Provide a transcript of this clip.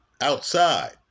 outside